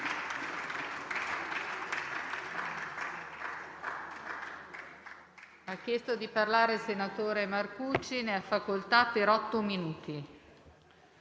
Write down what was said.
Grazie